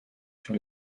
sur